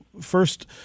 first